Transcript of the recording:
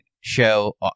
show